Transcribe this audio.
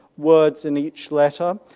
words in each letter.